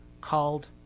called